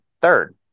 third